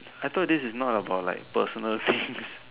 I thought this is not about like personal things